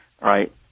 right